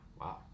Wow